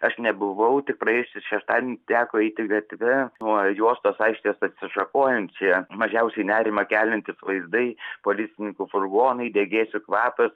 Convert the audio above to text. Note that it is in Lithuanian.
aš nebuvau tik praėjusį šeštadienį teko eiti gatve nuo jos tos aikštės atsišakojančioje mažiausiai nerimą keliantys vaizdai policininkų furgonai degėsių kvapas